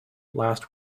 last